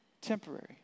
Temporary